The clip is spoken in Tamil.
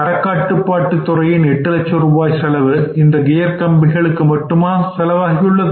தரக் கட்டுப்பாட்டுத் துறையின் எட்டு லட்ச ரூபாய் செலவு இந்த கியர் கம்பிகளுக்கு மட்டுமா செலவாகியுள்ளது